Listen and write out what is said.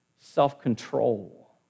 self-control